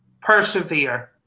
persevere